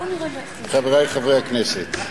חברי חברי הכנסת,